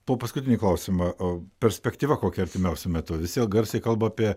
po paskutinį klausimą o perspektyva kokia artimiausiu metu visi garsiai kalba apie